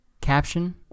caption